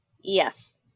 Yes